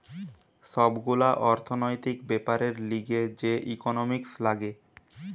সব গুলা অর্থনৈতিক বেপারের লিগে যে ইকোনোমিক্স লাগে